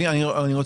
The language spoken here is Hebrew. יש